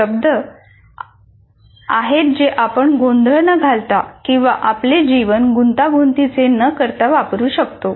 हे असे शब्द आहेत जे आपण गोंधळ न घालता किंवा आपले जीवन गुंतागुंतीचे न करता वापरू शकतो